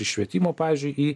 į švietimo pavyzdžiui į